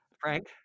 Frank